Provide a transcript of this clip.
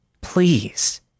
Please